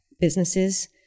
businesses